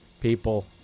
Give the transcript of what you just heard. people